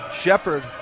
Shepard